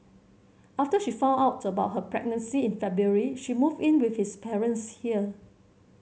after she found out about her pregnancy in February she moved in with his parents here